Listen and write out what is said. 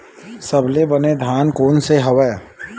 सबले बने धान कोन से हवय?